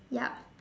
yup